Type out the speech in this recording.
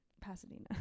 Pasadena